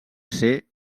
ser